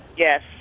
Yes